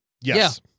Yes